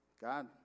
God